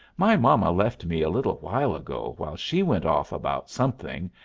my mama left me a little while ago while she went off about something,